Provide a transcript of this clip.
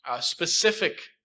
specific